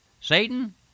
Satan